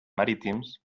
marítims